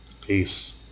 peace